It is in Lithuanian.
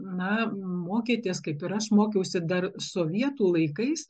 na mokėtės kaip ir aš mokiausi dar sovietų laikais